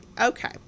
okay